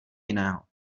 jiného